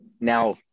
now